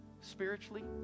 spiritually